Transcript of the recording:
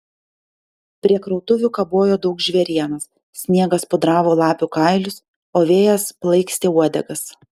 prie krautuvių kabojo daug žvėrienos sniegas pudravo lapių kailius o vėjas plaikstė uodegas